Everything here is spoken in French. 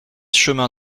chemin